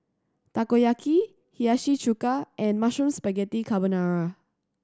Takoyaki Hiyashi Chuka and Mushroom Spaghetti Carbonara